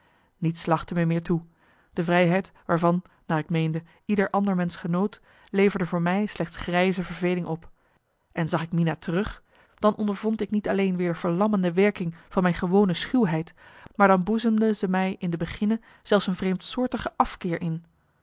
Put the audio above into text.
niets lachte me meer toe de vrijheid waarvan naar ik meende ieder ander mensch genoot leverde voor mij slechts grijze verveling op en zag ik mina marcellus emants een nagelaten bekentenis terug dan ondervond ik niet alleen weer de verlammende werking van mijn gewone schuwheid maar dan boezemde zij me in de beginne zelfs een vreemdsoortige afkeer in